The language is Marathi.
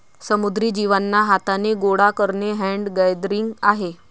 समुद्री जीवांना हाथाने गोडा करणे हैंड गैदरिंग आहे